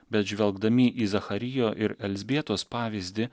bet žvelgdami į zacharijo ir elzbietos pavyzdį